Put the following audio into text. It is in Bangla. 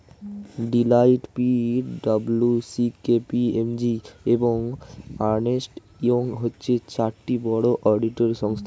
Deloitte, P W C, K P M G, এবং আর্নেস্ট ইয়ং হচ্ছে চারটি বড় অডিটর সংস্থা